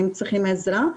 אם הם צריכים עזרה,